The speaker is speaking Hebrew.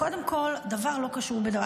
קודם כול, דבר לא קשור בדבר.